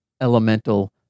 elemental